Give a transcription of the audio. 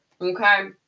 okay